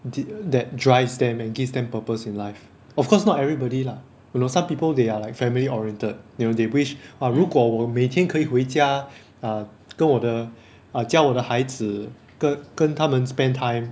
di~ that drives them and gives them purpose in life of course not everybody lah you know some people they are like family oriented you know they wish !wah! 如果我每天可以回家 err 跟我的 err 教我的孩子跟跟他们 spend time